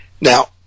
Now